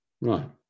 Right